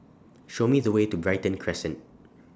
Show Me The Way to Brighton Crescent